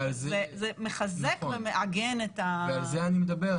זה מחזק ומעגן את --- ועל זה אני מדבר.